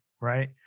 right